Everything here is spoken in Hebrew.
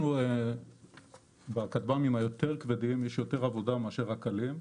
אנחנו בכטב"מים היותר כבדים יש יותר עבודה מאשר הקלים.